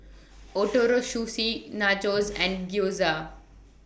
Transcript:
Ootoro Sushi Nachos and Gyoza